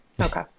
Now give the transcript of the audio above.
Okay